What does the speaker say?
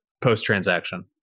post-transaction